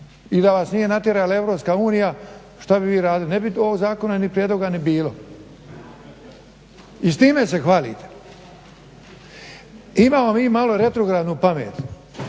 i da vas nije natjerala Europska unija šta bi vi radili, ne bi ovog zakona ni prijedloga ni bilo. I s time se hvalite. Imamo mi malo retrogradnu pamet.